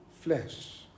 flesh